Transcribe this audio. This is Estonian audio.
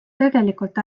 tegelikult